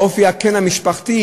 אופי הקן המשפחתי,